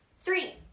Three